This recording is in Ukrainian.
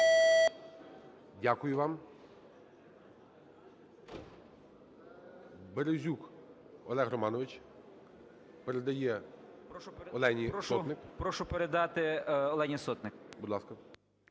Дякую вам. Березюк Олег Романович. Передає Олені Сотник.